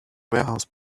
warehouse